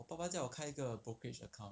我爸爸叫我开一个 brokerage account